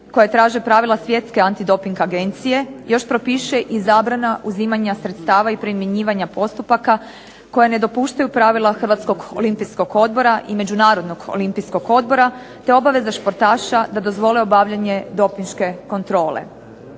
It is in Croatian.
koje traže pravila Svjetske antidoping agencije još propiše i zabrana uzimanja sredstava i primjenjivanja postupaka koja ne dopuštaju pravila Hrvatskog olimpijskog odbora i Međunarodnog olimpijskog odbora, te obaveza športaša da dozvole obavljanje dopinške kontrole.